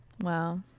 wow